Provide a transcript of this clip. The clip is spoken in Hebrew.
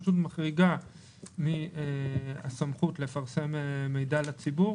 פשוט מחריגה מן הסמכות לפרסם מידע לציבור